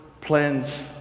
plans